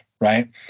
right